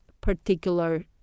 particular